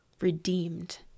redeemed